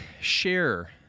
share